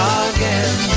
again